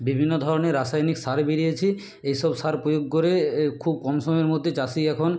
বিভিন্ন ধরণের রাসায়নিক সার বেরিয়েছে এইসব সার প্রয়োগ করে এএ খুব কম সময়ের মধ্যে চাষি এখন